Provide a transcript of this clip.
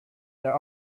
there